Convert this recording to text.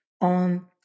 on